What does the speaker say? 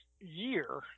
year